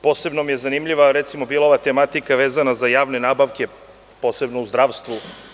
Posebno mi je zanimljiva bila ova tematika vezana za javne nabavke, posebno u zdravstvu.